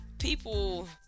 people